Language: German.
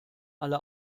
alle